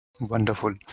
Wonderful